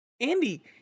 Andy